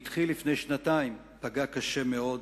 שהתחיל לפני שנתיים פגע קשה מאוד